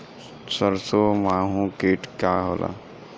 सरसो माहु किट का ह?